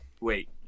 Wait